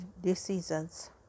decisions